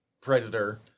Predator